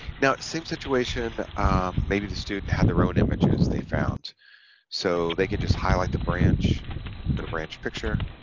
now same situation maybe the student had their own images they found so they could just highlight the branch go to branch picture